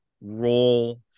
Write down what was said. role